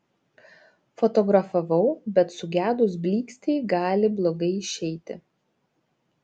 fotografavau bet sugedus blykstei gali blogai išeiti